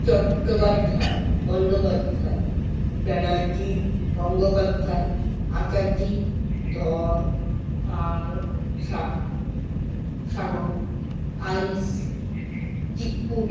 Chattopadhyay Bandyopadhyay Banerjee Gangopadhyay Acharjee Dhar Pal Saha Shah ice chikoo